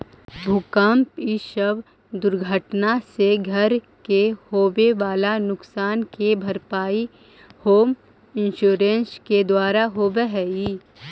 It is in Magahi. भूकंप इ सब दुर्घटना से घर के होवे वाला नुकसान के भरपाई होम इंश्योरेंस के द्वारा होवऽ हई